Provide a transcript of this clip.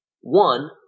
one